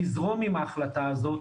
תזרום עם ההחלטה הזאת,